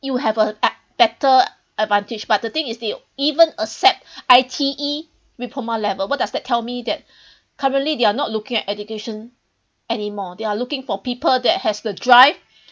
you will have a better advantage but the thing is they even accept I_T_E diploma level what does that tell me that currently they're not looking at education anymore they are looking for people that has the drive